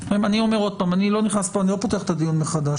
אני אומר עוד פעם, אני לא פותח את הדיון מחדש.